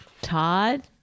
Todd